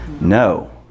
No